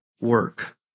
work